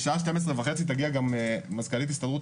בשעה 12:30 תגיע גם מזכ"לית הסתדרות